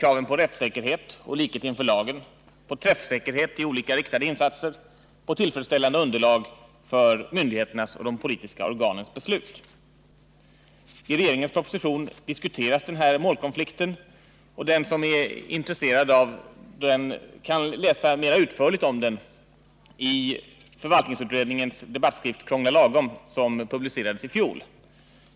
kraven på rättssäkerhet och likhet inför lagen, på träffsäkerhet i olika riktade insatser och på tillfredsställande underlag för myndigheters och politiska organs beslut. I regeringspropositionen diskuteras denna målkonflikt, och den som är intresserad kan läsa mer utförligt om den i förvaltningsutredningens debattskrift Krångla lagom, som publicerades i fjol.